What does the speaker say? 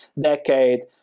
decade